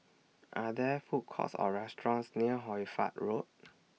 Are There Food Courts Or restaurants near Hoy Fatt Road